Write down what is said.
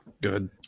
Good